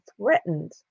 threatened